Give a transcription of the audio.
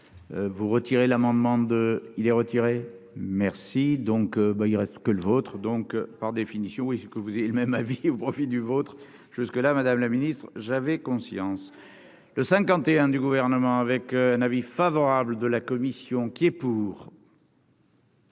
vous retirez l'amendement de il est retiré, merci donc, ben il reste que le vôtre, donc par définition, est ce que vous avez le même avis au profit du vôtre. Jusque-là, Madame la Ministre, j'avais conscience le 51 du gouvernement avec un avis favorable de la commission qui est pour.